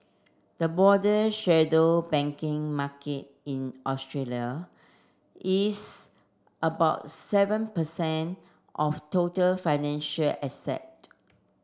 the broader shadow banking market in Australia is about seven per cent of total financial asset